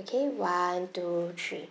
okay one two three